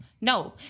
No